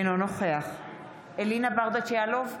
אינו נוכח אלינה ברדץ' יאלוב,